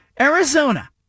Arizona